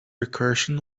recursion